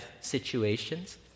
situations